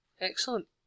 Excellent